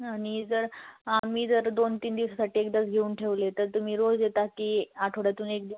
आणि जर आम्ही जर दोनतीन दिवससाठी एकदाच घेऊन ठेवले तर तुम्ही रोज येता की आठवड्यातून एकदोन दिवस